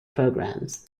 programs